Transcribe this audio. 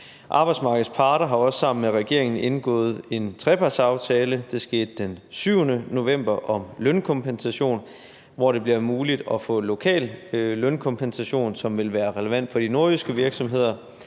Arbejdsmarkedets parter har også sammen med regeringen indgået en trepartsaftale – det skete den 7. november – om lønkompensation, hvor det bliver muligt at få lokal lønkompensation, som vil være relevant for de nordjyske virksomheder,